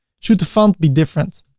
should the font be different?